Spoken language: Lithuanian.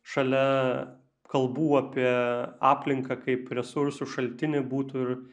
šalia kalbų apie aplinką kaip resursų šaltinį būtų ir